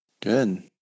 Good